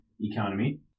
economy